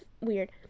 weird